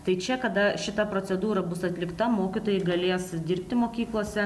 tai čia kada šita procedūra bus atlikta mokytojai galės dirbti mokyklose